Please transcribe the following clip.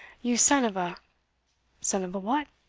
you son of a son of a what?